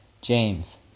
James